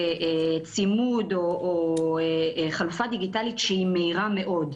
צימוד או חלופה דיגיטלית שהיא מהירה מאוד.